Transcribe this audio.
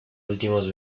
últimos